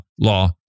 law